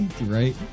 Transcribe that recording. Right